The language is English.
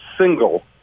single